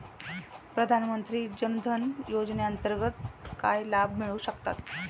प्रधानमंत्री जनधन योजनेअंतर्गत काय लाभ मिळू शकतात?